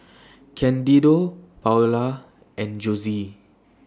Candido Paola and Josie